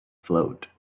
float